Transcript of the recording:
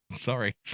Sorry